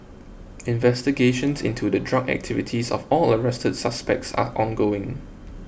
investigations into the drug activities of all arrested suspects are ongoing